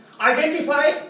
identify